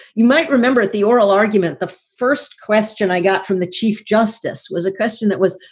you might remember at the oral argument, the first question i got from the chief justice was a question that was.